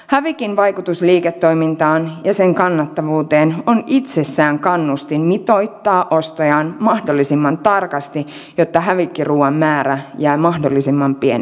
hävikin vaikutus liiketoimintaan ja sen kannattavuuteen on itsessään kannustin mitoittaa ostojaan mahdollisimman tarkasti jotta hävikkiruuan määrä jää mahdollisimman pieneksi